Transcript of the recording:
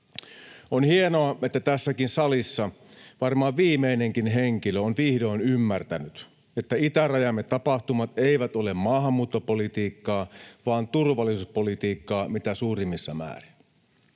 On hienoa, että tässäkin salissa varmaan viimeinenkin henkilö on vihdoin ymmärtänyt, että itärajamme tapahtumat eivät ole maahanmuuttopolitiikkaa vaan turvallisuuspolitiikkaa mitä suurimmissa määrin.